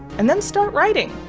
and then start writing.